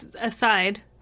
aside